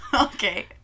okay